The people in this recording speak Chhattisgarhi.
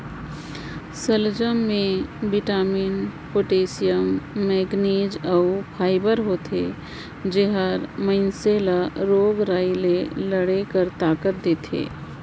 सलजम में बिटामिन, पोटेसियम, मैगनिज अउ फाइबर होथे जेहर मइनसे ल रोग राई ले लड़े कर ताकत देथे